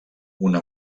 una